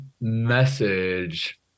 message